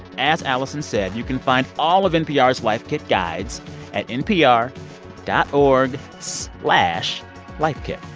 as allison said, you can find all of npr's life kit guides at npr dot org slash lifekit.